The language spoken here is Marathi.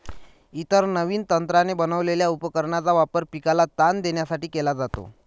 इतर नवीन तंत्राने बनवलेल्या उपकरणांचा वापर पिकाला ताण देण्यासाठी केला जातो